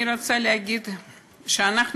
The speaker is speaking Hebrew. אני רוצה להגיד שאנחנו,